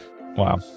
Wow